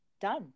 done